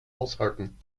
aushalten